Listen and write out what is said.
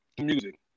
music